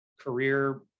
career